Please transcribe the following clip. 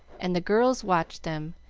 and the girls watched them,